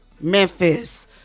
Memphis